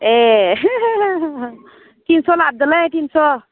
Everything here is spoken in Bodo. ए तिनस' लादोलै तिनस'